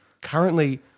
currently